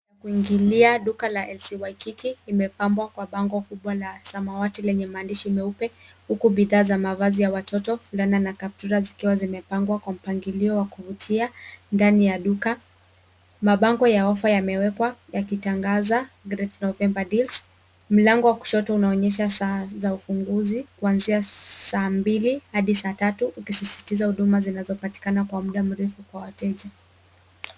Kuingilia duka la lc waikiki imepambwa kwa bango kubwa la samawati lenye maandishi meupe huku bidhaa za mavazi ya watoto fulana na kaptura zikiwa zimepangwa kwa mpangilio wa kuvutia. Ndani ya duka mabango ya ofa yamewekwa yakitangaza great november deals . Mlango wa kushoto unaonyesha saa za ufunguzi kuanzia saa mbili hadi saa tatu ukisisitiza huduma zinazopatikana kwa muda mrefu kwa wateja.